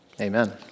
Amen